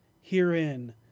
herein